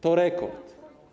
To rekord.